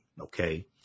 Okay